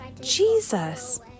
Jesus